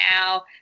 now